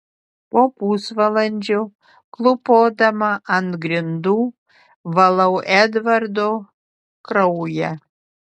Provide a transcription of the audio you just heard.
po pusvalandžio klūpodama ant grindų valau edvardo kraują